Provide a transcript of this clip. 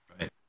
Right